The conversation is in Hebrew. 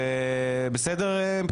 בסדר?